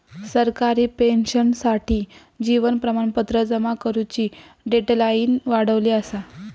सरकारी पेंशनर्ससाठी जीवन प्रमाणपत्र जमा करुची डेडलाईन वाढवली असा